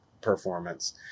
performance